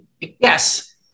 Yes